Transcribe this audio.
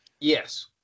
yes